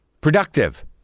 productive